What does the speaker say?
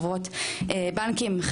חברות בנקים,